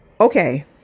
Okay